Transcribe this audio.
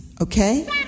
Okay